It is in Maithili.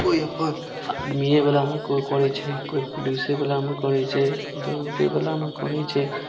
कोइ अपन आदमीए बलामे कोइ करै छै कोइ पुलिसे बलामे करै छै दौड़ेबलामे करै छै